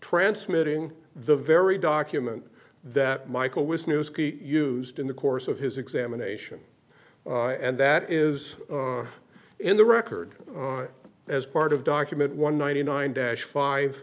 transmitting the very document that michael was news used in the course of his examination and that is in the record as part of document one ninety nine dash five